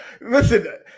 listen –